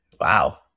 Wow